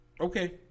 Okay